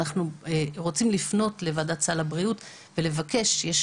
אנחנו רוצים לפנות לוועדת סל הבריאות ולבקש שיהיו